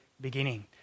beginning